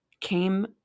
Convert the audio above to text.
came